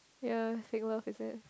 yea fake love is it